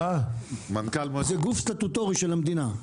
זה גוף סטטוטורי של המדינה.